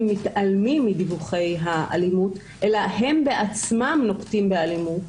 מתעלמים מדיווחי האלימות אלא הם בעצמם נוקטים באלימות